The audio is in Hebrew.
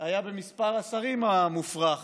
היה במספר השרים המופרך